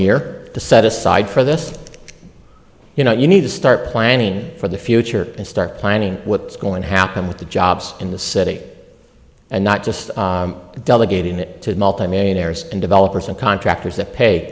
year to set aside for this you know you need to start planning for the future and start planning what's going to happen with the jobs in the city and not just delegating it to multimillionaires and developers and contractors that pay